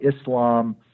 Islam